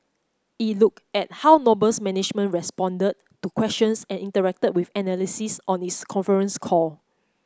it looked at how Noble's management responded to questions and interacted with analysts on its conference call